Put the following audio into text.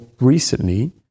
recently